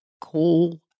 call